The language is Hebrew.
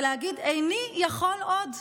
ולהגיד: איני יכול עוד,